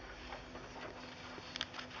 asia